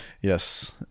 yes